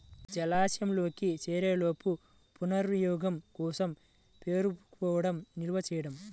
జలాశయంలోకి చేరేలోపు పునర్వినియోగం కోసం పేరుకుపోవడం నిల్వ చేయడం